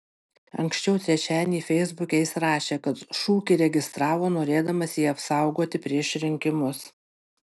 anksčiau trečiadienį feisbuke jis rašė kad šūkį registravo norėdamas jį apsaugoti prieš rinkimus